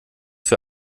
für